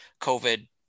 covid